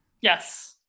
Yes